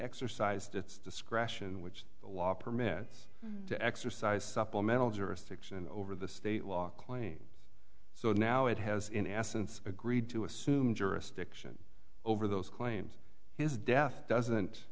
exercised its discretion which the law permits to exercise supplemental jurisdiction over the state law claims so now it has in essence agreed to assume jurisdiction over those claims his death doesn't